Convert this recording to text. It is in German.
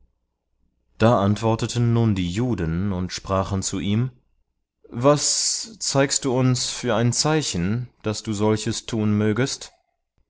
da antworteten nun die juden und sprachen zu ihm was zeigst du uns für ein zeichen daß du solches tun mögest